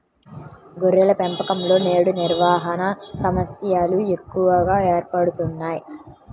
గొర్రెల పెంపకంలో నేడు నిర్వహణ సమస్యలు ఎక్కువగా ఏర్పడుతున్నాయి